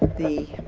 the